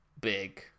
big